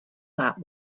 that